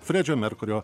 fredžio merkurio